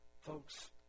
Folks